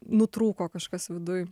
nutrūko kažkas viduj